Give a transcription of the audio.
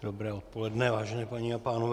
Dobré odpoledne, vážené paní a pánové.